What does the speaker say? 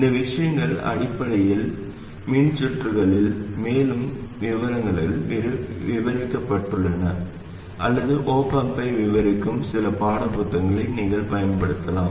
இந்த விஷயங்கள் அடிப்படை மின்சுற்றுகளில் மேலும் விவரங்களில் விவரிக்கப்பட்டுள்ளன அல்லது op amp ஐ விவரிக்கும் சில பாடப் புத்தகங்களை நீங்கள் பயன்படுத்தலாம்